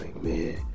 man